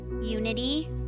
unity